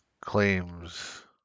claims